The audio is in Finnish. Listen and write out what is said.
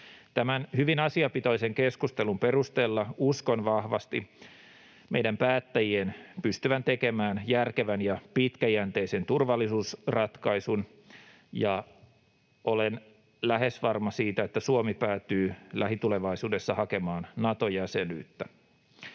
Tämän hyvin asiapitoisen keskustelun perusteella uskon vahvasti meidän päättä-jien pystyvän tekemään järkevän ja pitkäjänteisen turvallisuusratkaisun, ja olen lähes varma siitä, että Suomi päätyy lähitulevaisuudessa hakemaan Nato-jäsenyyttä.